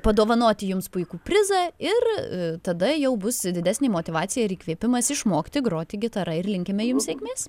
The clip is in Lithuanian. padovanoti jums puikų prizą ir i tada jau bus didesnė motyvacija ir įkvėpimas išmokti groti gitara ir linkime jums sėkmės